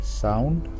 sound